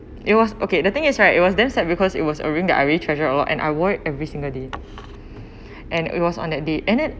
it was okay the thing is right it was damn sad because it was a ring that I really treasure a lot and I wore it every single day and it was on that day and then